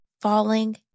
falling